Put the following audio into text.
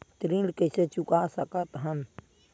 ऋण कइसे चुका सकत हन?